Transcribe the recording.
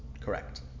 Correct